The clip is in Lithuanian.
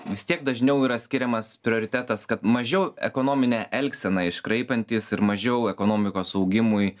vis tiek dažniau yra skiriamas prioritetas kad mažiau ekonominę elgseną iškraipantys ir mažiau ekonomikos augimui